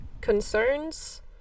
concerns